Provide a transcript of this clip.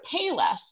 Payless